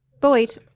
Boyd